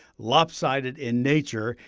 lopsided in nature,